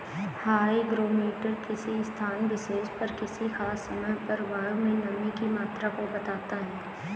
hygrometer किसी स्थान विशेष पर किसी खास समय पर वायु में नमी की मात्रा को बताता है